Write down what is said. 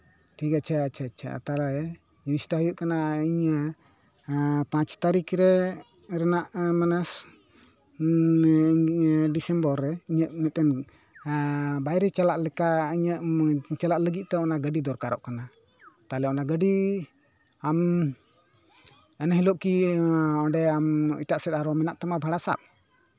ᱴᱷᱤᱠ ᱟᱪᱷᱮ ᱟᱪᱪᱷᱟ ᱟᱪᱪᱷᱟ ᱛᱟᱦᱞᱮ ᱡᱤᱱᱤᱥᱴᱟ ᱦᱩᱭᱩᱜ ᱠᱟᱱᱟ ᱤᱧ ᱯᱟᱸᱪ ᱛᱟᱹᱨᱤᱠᱷ ᱨᱮ ᱨᱮᱱᱟᱜ ᱢᱟᱱᱮ ᱰᱤᱥᱮᱢᱵᱚᱨ ᱨᱮ ᱤᱧᱟᱹᱜ ᱢᱤᱫᱴᱮᱱ ᱵᱟᱭᱨᱮ ᱪᱟᱞᱟᱜ ᱞᱮᱠᱟ ᱤᱧᱟᱹᱜ ᱪᱟᱞᱟᱜ ᱞᱟᱹᱜᱤᱫ ᱛᱮ ᱚᱱᱟ ᱜᱟᱹᱰᱤ ᱫᱚᱨᱠᱟᱨᱚᱜ ᱠᱟᱱᱟ ᱛᱟᱦᱞᱮ ᱚᱱᱟ ᱜᱟᱹᱰᱤ ᱟᱢ ᱮᱱ ᱦᱤᱞᱳᱜ ᱠᱤ ᱚᱸᱰᱮ ᱟᱢ ᱮᱴᱟᱜ ᱥᱮᱫ ᱟᱨᱚ ᱢᱮᱱᱟᱜ ᱛᱟᱢᱟ ᱵᱷᱟᱲᱟ ᱥᱟᱵ